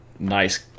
Nice